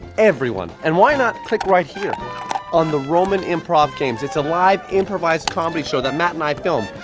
everyone. and why not click right here on the roman improv games? it's a live improvised comedy show that matt and i filmed.